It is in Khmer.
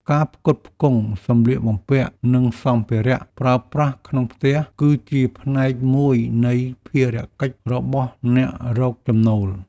ការផ្គត់ផ្គង់សម្លៀកបំពាក់ និងសម្ភារៈប្រើប្រាស់ក្នុងផ្ទះ គឺជាផ្នែកមួយនៃភារកិច្ចរបស់អ្នករកចំណូល។